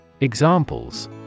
Examples